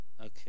Okay